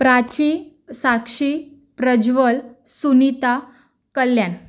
Prachi Sakshi Prajwal Sunita Kalyan